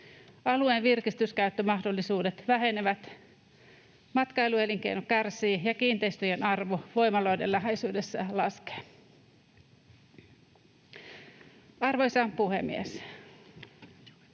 alueen virkistyskäyttömahdollisuudet vähenevät, matkailuelinkeino kärsii ja kiinteistöjen arvo voimaloiden läheisyydessä laskee. Arvoisa puhemies!